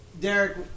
Derek